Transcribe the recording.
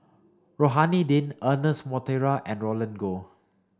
Rohani Din Ernest Monteiro and Roland Goh